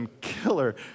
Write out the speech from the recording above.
killer